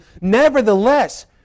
Nevertheless